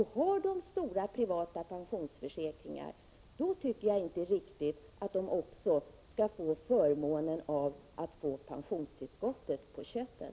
Har de stora privata pensionsförsäkringar, då tycker jag inte det är riktigt att de också skall ha förmånen att få pensionstillskottet på köpet.